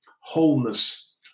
wholeness